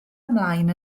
ymlaen